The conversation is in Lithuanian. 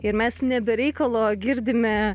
ir mes ne be reikalo girdime